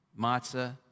Matzah